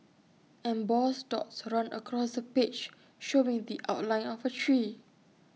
embossed dots run across the page showing the outline of A tree